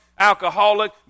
alcoholic